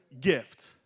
gift